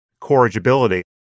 corrigibility